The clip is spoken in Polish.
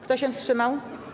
Kto się wstrzymał?